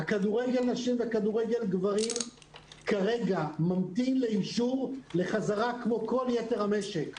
כדורגל הנשים וכדורגל הגברים כרגע ממתינים לאישור חזרה כמו יתר המשק.